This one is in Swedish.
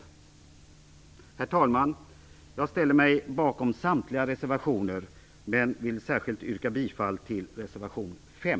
Herr talman! Jag ställer mig bakom samtliga reservationer men yrkar bifall särskilt till reservation 5.